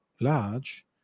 large